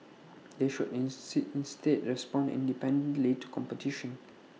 they should in see instead respond independently to competition